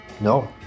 No